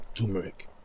turmeric